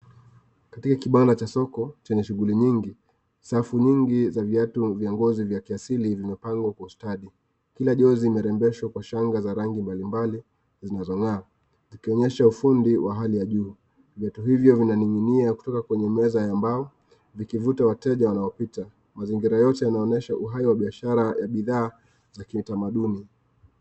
Katika kibanda cha soko kuna shughuli nyingi, safu nyingi za viatu vya ngozi ya kiasili vimepangwa kwa ustadi. Kila jozi imerembeshwa ka rangi mbalimbali zinazong'aa, zikionyesha ufundi wa hali ya juu , viatu hivyo vinaning'inia kutoka kwa kwenye meza ya mbao, zikivuta wayeja wanaopita, mazingira yote yanaonyesha uhai wa biashara ya bidhaa ya kitamaduni.